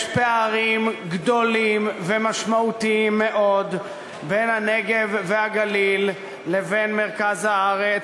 יש פערים גדולים ומשמעותיים מאוד בין הנגב והגליל לבין מרכז הארץ.